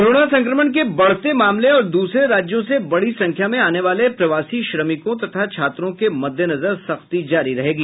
corona संक्रमण के बढ़ते मामले और दूसरे राज्यों से बड़ी संख्या में आने वाले प्रवासी श्रमिकों तथा छात्रों के मद्देनजर सख्ती जारी रहेगी